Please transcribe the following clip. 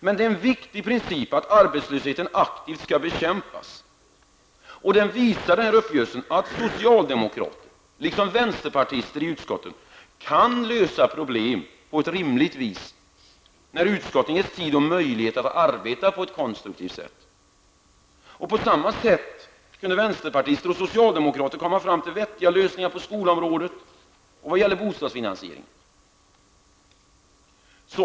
Men det är en viktig princip att arbetslösheten aktivt skall bekämpas, och uppgörelsen visar att socialdemokrater liksom vänsterpartister i utskottet kan lösa problem på ett rimligt vis när utskotten ges tid och möjlighet att arbeta på ett konstruktivt sätt. På samma sätt kunde vänsterpartister och socialdemokrater komma fram till vettiga lösningar på skolområdet och vad gäller bostadsfinansieringen.